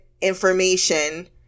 information